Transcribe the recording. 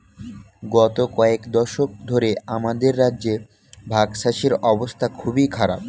গত কয়েক দশক ধরে আমাদের রাজ্যে ভাগচাষীদের অবস্থা খুবই খারাপ